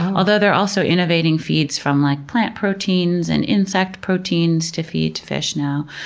although they're also innovating feeds from like plant proteins and insect proteins to feed to fish now.